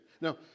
Now